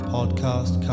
Podcast